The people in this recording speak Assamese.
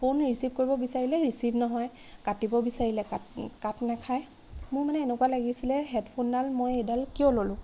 ফোন ৰিচিভ কৰিব বিচাৰিলে ৰিচিভ নহয় কাটিব বিচাৰিলে কাট নাখায় মোৰ মানে এনেকুৱা লাগিছিল হেডফোনডাল মই এইডাল কিয় ল'লো